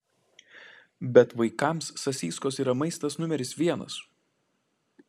bet vaikams sasyskos yra maistas numeris vienas